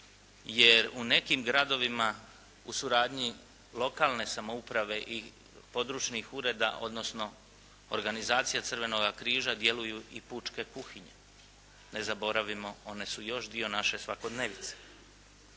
jer u nekim gradovima u suradnji lokalne samouprave i područnih ureda odnosno Organizacija crvenoga križa djeluju i pučke kuhinje. Ne zaboravimo, one su još dio naše svakodnevice.